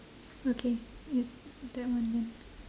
okay it's that one then